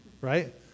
Right